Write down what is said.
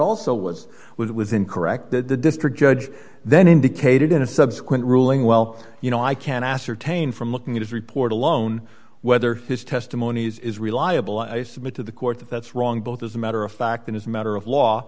also was was it was incorrect that the district judge then indicated in a subsequent ruling well you know i can ascertain from looking at his report a lone whether his testimony is reliable i submit to the court that's wrong both as a matter of fact and as a matter of law